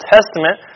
Testament